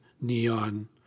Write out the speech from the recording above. neon